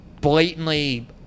blatantly